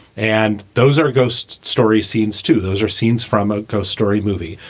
and those are ghost stories scenes, too. those are scenes from a ghost story movie.